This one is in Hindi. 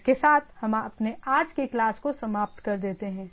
इसके साथ हम अपने आज के क्लास को समाप्त कर देते हैं